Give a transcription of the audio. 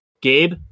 Gabe